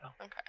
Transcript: Okay